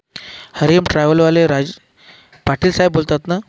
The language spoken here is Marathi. हरि ओम ट्रॅव्हलवाले राज पाटीलसाहेब बोलतात ना